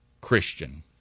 Christian